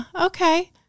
okay